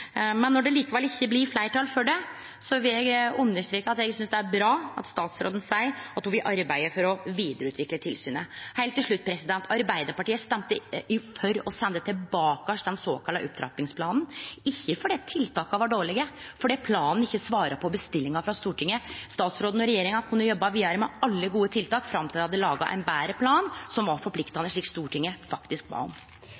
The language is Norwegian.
men når det likevel ikkje blir fleirtal for det, vil eg understreke at eg synest det er bra at statsråden seier at ho vil arbeide for å vidareutvikle tilsynet. Heilt til slutt: Arbeidarpartiet stemte for å sende tilbake den såkalla opptrappingsplanen, ikkje fordi tiltaka var dårlege, men fordi planen ikkje svara på bestillinga frå Stortinget. Statsråden og regjeringa kunne ha jobba vidare med alle gode tiltak fram til dei hadde laga ein betre plan som var